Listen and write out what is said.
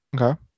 Okay